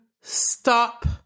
stop